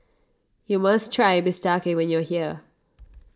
you must try Bistake when you are here